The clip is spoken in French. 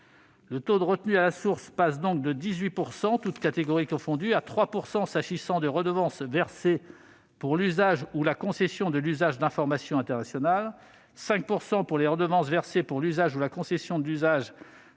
Le taux de retenue à la source passe donc de 18 %, toutes catégories de redevances confondues, à 3 % s'agissant des redevances versées pour l'usage ou la concession de l'usage d'informations internationales, à 5 % pour les redevances versées pour l'usage ou la concession de l'usage